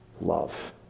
love